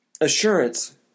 assurance